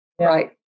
Right